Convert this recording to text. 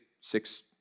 six